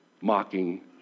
mocking